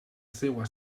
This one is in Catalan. seva